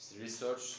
research